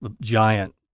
giant